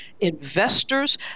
investors